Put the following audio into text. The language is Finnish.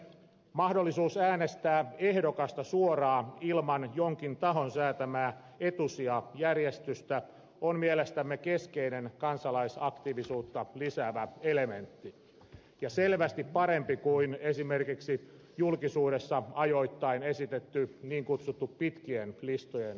mahdollisuus äänestää ehdokasta suoraan ilman jonkin tahon säätämää etusijajärjestystä on mielestämme keskeinen kansalaisaktiivisuutta lisäävä elementti ja selvästi parempi kuin esimerkiksi julkisuudessa ajoittain esitetty niin kutsuttu pitkien listojen vaalijärjestelmä